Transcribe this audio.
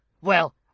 Well